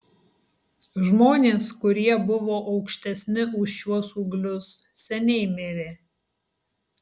žmonės kurie buvo aukštesni už šiuos ūglius seniai mirė